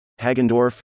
Hagendorf